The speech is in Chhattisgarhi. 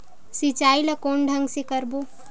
सिंचाई ल कोन ढंग से करबो?